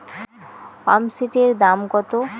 পাম্পসেটের দাম কত?